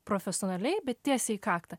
profesionaliai bet tiesiai į kaktą